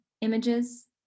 images